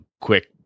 quick